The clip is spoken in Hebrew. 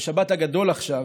ושבת הגדול עכשיו,